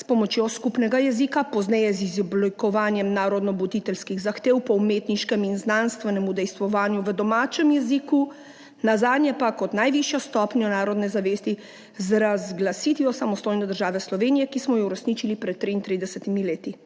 s pomočjo skupnega jezika, pozneje z izoblikovanjem narodnobuditeljskih zahtev po umetniškem in znanstvenem udejstvovanju v domačem jeziku, nazadnje pa kot najvišjo stopnjo narodne zavesti z razglasitvijo samostojne države Slovenije, ki smo jo uresničili pred 33 leti.